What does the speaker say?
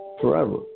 forever